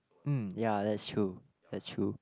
hmm ya that's true that's true